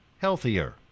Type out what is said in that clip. Healthier